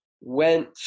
went